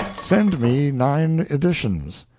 send me nine editions.